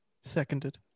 seconded